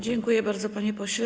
Dziękuję bardzo, panie pośle.